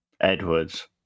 Edwards